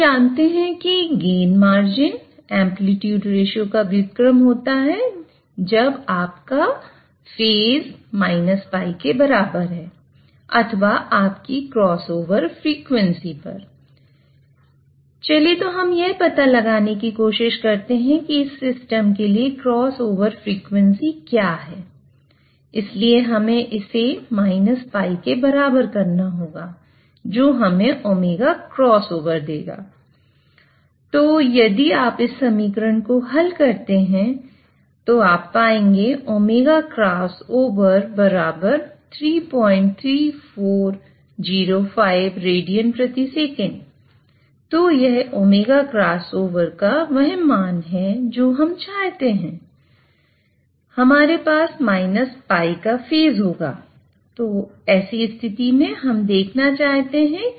तो हम जानते हैं कि गेन मार्जिन एंप्लीट्यूड रेश्यो कम से कम 2 चाहते हैं